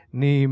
ni